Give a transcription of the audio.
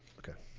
okay,